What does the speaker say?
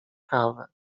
kawę